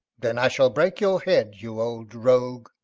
then i shall break your head, you old rogue.